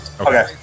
Okay